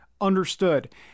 understood